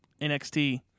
NXT